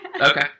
Okay